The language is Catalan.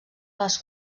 les